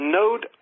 note